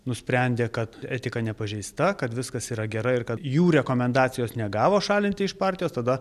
nusprendė kad etika nepažeista kad viskas yra gerai ir kad jų rekomendacijos negavo šalinti iš partijos tada